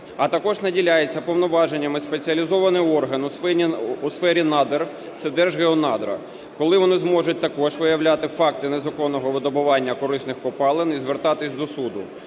А також наділяється повноваженнями спеціалізований орган у сфері надр – це Держгеонадра, коли вони зможуть також виявляти факти незаконного видобування корисних копалин і звертатись до суду,